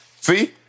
See